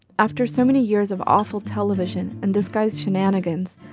after so many years of awful television and this guy's shenanigans,